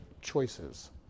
choices